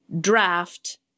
draft